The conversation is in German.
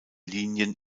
linien